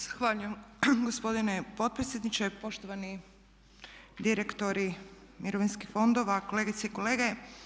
Zahvaljujem gospodine potpredsjedniče, poštovani direktori mirovinskih fondova, kolegice i kolege.